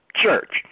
church